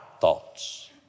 thoughts